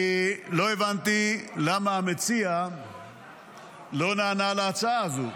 לא הבנתי למה המציע לא נענה להצעה הזו.